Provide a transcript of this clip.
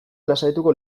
lasaituko